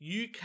uk